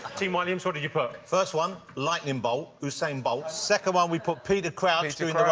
team walliams, what did you put? first one, lightning bolt usain bolt. second one we put peter crouch doing